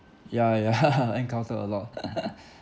ya ya encounter a lot